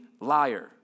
Liar